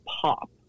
pop